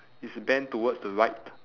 it's bent towards the right